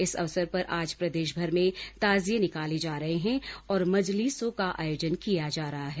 इस अवसर पर आज प्रदेशभर में ताजिए निकाले जा रहे हैं और मजलिसों का आयोजन किया जा रहा है